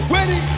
Ready